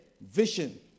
vision